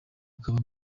akaba